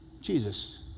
Jesus